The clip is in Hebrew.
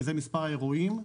כי זה מספר האירועים.